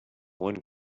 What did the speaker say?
one